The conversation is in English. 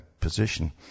position